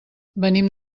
venim